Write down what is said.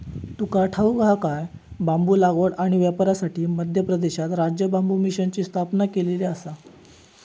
तुका ठाऊक हा काय?, बांबू लागवड आणि व्यापारासाठी मध्य प्रदेशात राज्य बांबू मिशनची स्थापना केलेली आसा